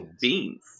beans